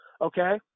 okay